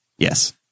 Yes